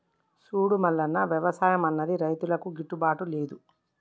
సూడు మల్లన్న, వ్యవసాయం అన్నది రైతులకు గిట్టుబాటు లేదు